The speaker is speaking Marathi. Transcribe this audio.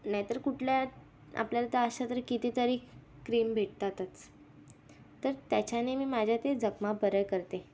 नाहीतर कुठल्या आपल्याला तर अशा तर कितीतरी क्रीम भेटतातच तर त्याच्याने मी माझ्या त्या जखमा बऱ्या करते